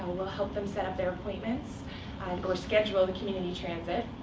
we'll help them set up their appointments or scheduled the community transit.